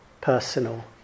personal